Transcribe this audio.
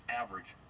average